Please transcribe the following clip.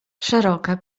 szeroka